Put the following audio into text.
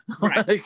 Right